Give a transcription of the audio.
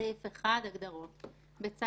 התאמה למאפיין הייחודי של הפלטפורמות שזה